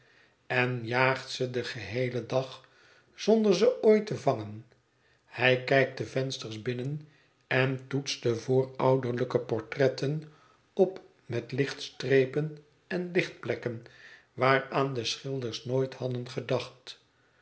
en jaagt ze den geheelen dag zonder ze ooit te vangen hij kijkt de vensters binnen en toetst de voorouderlijke portretten opmet lichtstrepen en lichtplekken waaraan de schilders nooit hadden gedacht